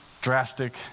drastic